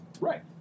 Right